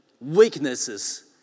weaknesses